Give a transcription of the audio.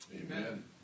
Amen